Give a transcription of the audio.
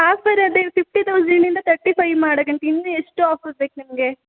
offer ಅದೆ fifty ತೌಸಂಡಿಂದ thirty five ಮಾಡೋಗಂತೆ ಇನ್ನು ಎಷ್ಟು ಆಫರ್ ಬೇಕು ನಿಮಗೆ